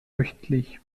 wöchentlich